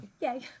yay